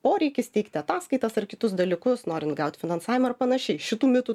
poreikis teikti ataskaitas ar kitus dalykus norint gaut finansavimą ir panašiai šitų mitų